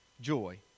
joy